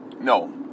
No